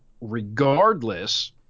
regardless –